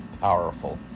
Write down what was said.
powerful